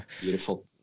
Beautiful